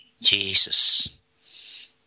Jesus